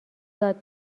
داد